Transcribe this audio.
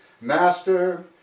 Master